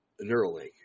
Neuralink